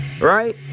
Right